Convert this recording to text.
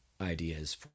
ideas